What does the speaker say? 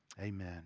Amen